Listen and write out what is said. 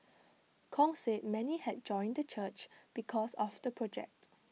Kong said many had joined the church because of the project